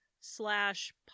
slash